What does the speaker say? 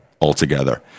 altogether